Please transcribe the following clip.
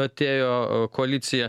atėjo koalicija